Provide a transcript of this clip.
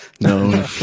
No